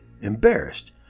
embarrassed